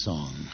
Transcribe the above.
Song